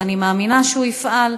ואני מאמינה שהוא יפעל,